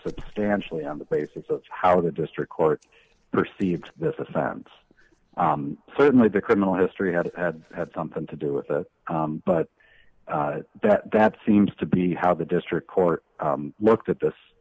substantially on the basis of how the district court perceived that the sense certainly the criminal history had had something to do with it but that that seems to be how the district court looked at this